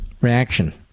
reaction